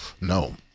No